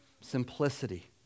simplicity